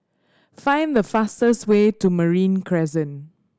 find the fastest way to Marine Crescent